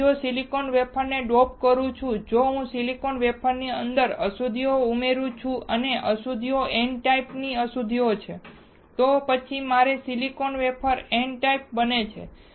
હવે જો હું સિલિકોન વેફરને ડોપ કરું છું જો હું સિલિકોન વેફરની અંદરની અશુદ્ધિઓ ઉમેરી શકું છું અને અશુદ્ધિઓ n ટાઈપ અશુદ્ધિઓ છે તો પછી મારો સિલિકોન વેફર n ટાઈપ બને છે